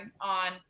on